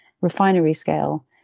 refinery-scale